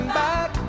back